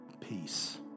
Peace